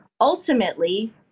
Ultimately